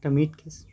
একটা mid case